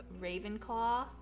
Ravenclaw